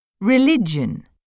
Religion